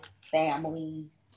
families